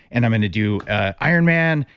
and i'm going to do ironman,